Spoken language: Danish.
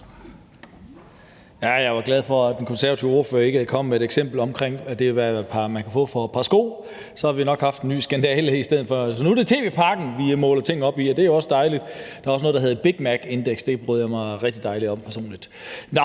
Jeg er jo glad for, at den konservative ordfører ikke kom med et eksempel om, at det er, hvad man kan købe et par sko for. Så havde vi nok haft en ny skandale i stedet for. Nu er det tv-pakken, vi måler ting op imod, og det er da også dejligt. Der er også noget, der hedder et Big Mac-indeks; det bryder jeg mig rigtig meget om.